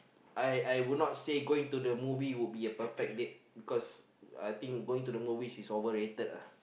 I I would not say going to the movie would be a perfect date because I think going to the movies is overrated uh